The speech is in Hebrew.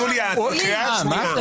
יוליה, את בקריאה השנייה.